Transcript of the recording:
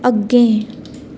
अग्गें